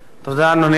אדוני השר,